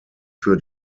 für